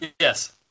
Yes